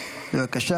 וולדיגר,